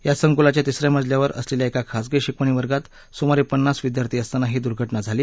या संकुलाच्या तिसऱ्या मजल्यावर असलेल्या एका खाजगी शिकवणी वर्गात सुमारे पन्नास विद्यार्थी असताना ही दुर्घटना झाली